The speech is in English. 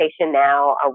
now